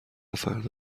فردا